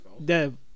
Dev